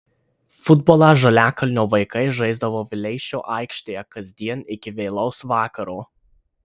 futbolą žaliakalnio vaikai žaisdavo vileišio aikštėje kasdien iki vėlaus vakaro